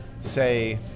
say